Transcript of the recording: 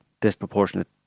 disproportionate